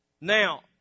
Now